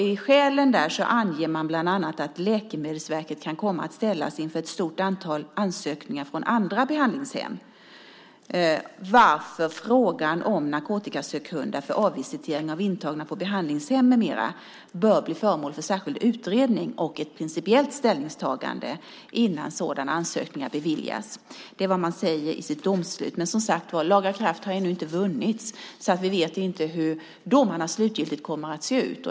I skälen anger man bland annat att Läkemedelsverket kan komma att ställas inför ett stort antal ansökningar från andra behandlingshem, varför frågan om narkotikasökhundar för avvisitering av intagna på behandlingshem med mera bör bli föremål för särskild utredning och ett principiellt ställningstagande innan sådana ansökningar beviljas. Det är vad man säger i sitt domslut. Men som sagt, laga kraft har ännu inte vunnits, så vi vet inte hur domarna slutgiltigt kommer att se ut.